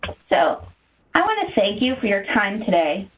so i want to thank you for your time today.